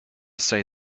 say